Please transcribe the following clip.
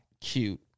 cute